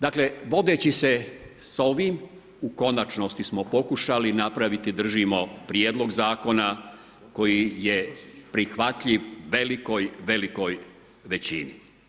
Dakle, vodeći se s ovim, u konačnosti smo pokušali napraviti držimo Prijedlog Zakona koji je prihvatljiv velikoj, velikoj većini.